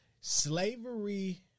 slavery